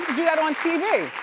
do that on tv.